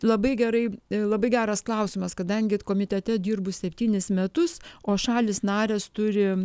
labai gerai labai geras klausimas kadangi komitete dirbu septynis metus o šalys narės turi